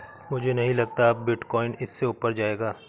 मुझे नहीं लगता अब बिटकॉइन इससे ऊपर जायेगा